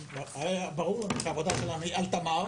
היה ברור לנו שהעבודה שלנו היא על תמר